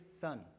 son